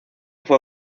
fue